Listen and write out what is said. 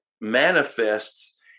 manifests